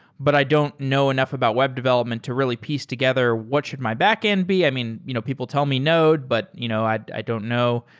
but i don't know enough about web development to really piece together what should my backend be. i mean, you know people tell me node, but you know i don't know.